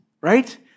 right